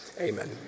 Amen